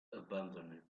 abandoned